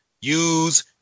use